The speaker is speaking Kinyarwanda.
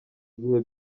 igihe